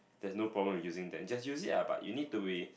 there's no problem with using that just use it ah but you need to be